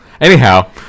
Anyhow